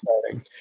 exciting